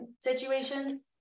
situations